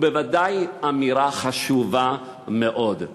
היא בוודאי אמירה חשובה מאוד,